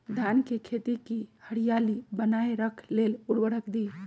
धान के खेती की हरियाली बनाय रख लेल उवर्रक दी?